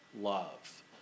love